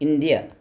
India